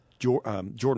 Jordan